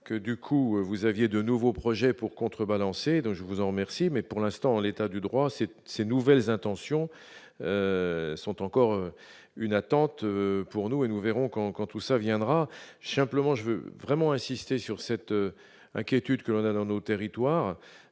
que, du coup, vous aviez de nouveaux projets pour contrebalancer, donc je vous en remercie, mais pour l'instant, l'état du droit, cette ces nouvelles intentions sont encore une attente pour nous et nous verrons quand, quand tout ça viendra simplement je veux vraiment insister sur cette inquiétude qu'on a dans nos territoires,